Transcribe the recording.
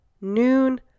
Noon